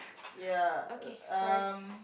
ya um